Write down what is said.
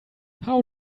how